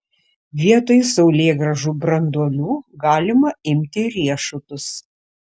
vietoj saulėgrąžų branduolių galima imti riešutus